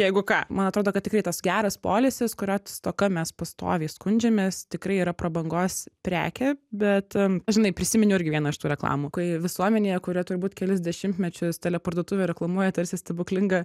jeigu ką man atrodo kad tikrai tas geras poilsis kurio stoka mes pastoviai skundžiamės tikrai yra prabangos prekė bet žinai prisiminiau irgi vieną iš tų reklamų kai visuomenėje kuri turbūt kelis dešimtmečius teleparduotuvė reklamuoja tarsi stebuklingą